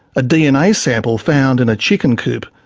a dna sample found in a chicken coop,